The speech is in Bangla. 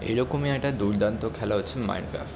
এই রকমই একটা দুর্দান্ত খেলা হচ্ছে মাইনক্রাফ্ট